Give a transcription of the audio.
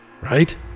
Right